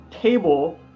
table